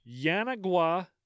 Yanagwa